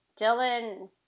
Dylan